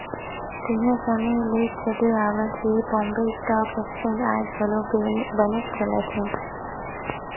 तइहा समे ले चले आवत ये बॉम्बे स्टॉक एक्सचेंज आज घलो बनेच चलत हे